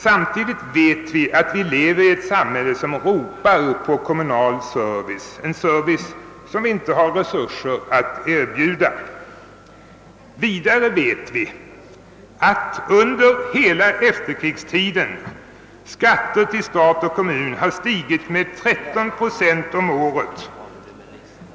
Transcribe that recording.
Samtidigt vet vi att vi lever i ett samhälle som ropar på kommunal service, en service som vi inte har resurser att erbjuda. Vidare vet vi att under hela efterkrigstiden skatterna till stat och kommun stigit med 13 procent om året.